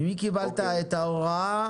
ממי קיבלת את ההוראה